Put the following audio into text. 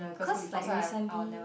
cause like recently